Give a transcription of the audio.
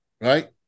right